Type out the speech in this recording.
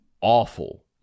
awful